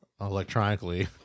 electronically